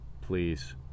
please